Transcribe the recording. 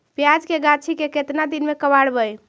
प्याज के गाछि के केतना दिन में कबाड़बै?